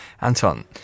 Anton